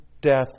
death